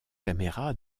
caméra